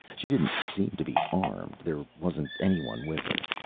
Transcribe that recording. she didn't seem to be armed there wasn't anyone with her.